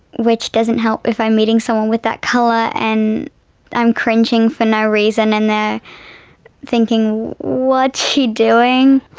which doesn't help if i'm meeting someone with that colour and i'm cringing for no reason and they're thinking, what's she doing?